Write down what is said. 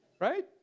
Right